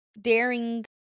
daring